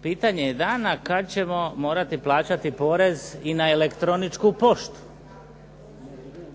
pitanje je dana kad ćemo morati plaćati porez i na elektroničku poštu.